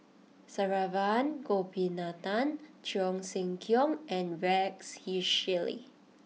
Saravanan Gopinathan Cheong Siew Keong and Rex Shelley